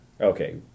Okay